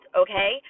okay